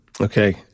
Okay